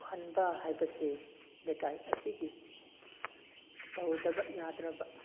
ꯄꯨꯍꯟꯕ ꯍꯥꯏꯕꯁꯤ ꯂꯩꯀꯥꯏ ꯑꯁꯤꯒꯤ ꯇꯧꯗꯕ ꯌꯥꯗ꯭ꯔꯕ